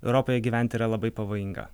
europoje gyventi yra labai pavojinga